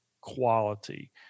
quality